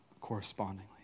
correspondingly